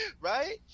Right